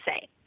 say